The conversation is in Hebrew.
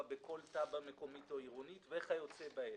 בכל תב"ע מקומית או עירונית וכיוצא באלה.